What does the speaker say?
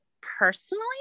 personally